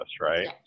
right